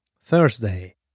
Thursday